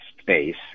space